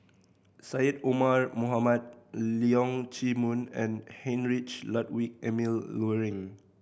Syed Omar Mohamed Leong Chee Mun and Heinrich Ludwig Emil Luering